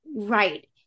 Right